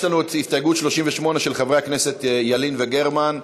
יש לנו הסתייגות 38, של חברי הכנסת ילין וגרמן.